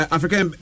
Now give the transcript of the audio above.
African